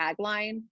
tagline